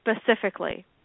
specifically